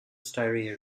styria